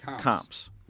comps